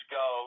go